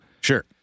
Sure